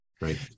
Right